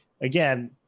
again